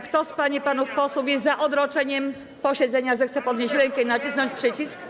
Kto z pań i panów posłów jest za odroczeniem posiedzenia, zechce podnieść rękę i nacisnąć przycisk.